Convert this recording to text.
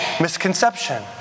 misconception